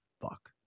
Fuck